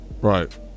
Right